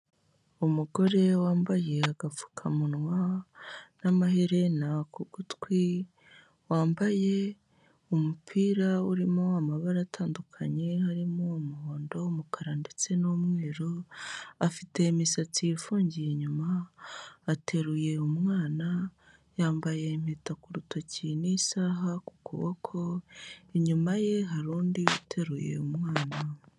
Umugore wambaye agapfukamunwa n'amaherena ku gutwi wambaye umupira urimo amabara atandukanye harimo umuhondo, umukara ndetse n'umweru, afite imisatsi ifungiye inyuma, ateruye umwana, yambaye impeta ku rutoki n'isaha ku kuboko, inyuma ye hari undi uteruye umwana.